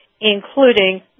including